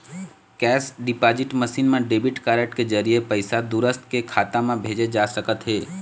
cash deposit machine म debit card के जरिए पइसा दूसर के खाता म भेजे जा सकत हे